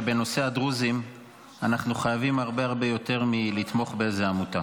שבנושא הדרוזים אנחנו חייבים הרבה הרבה יותר מלתמוך באיזה עמותה.